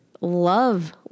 Love